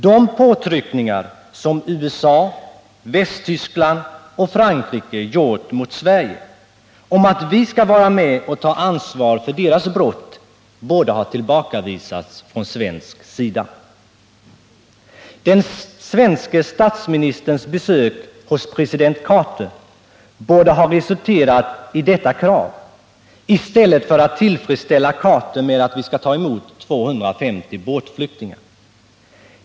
De påtryckningar som USA, Västtyskland och Frankrike har utövat mot Sverige för att vi skall vara med och ta ansvar för deras brott borde ha tillbakavisats från svensk sida. Den svenske statsministerns besök hos president Carter borde ha resulterat i detta krav i stället för att vi skall tillfredsställa Carter med att ta emot 250 båtflyktingar.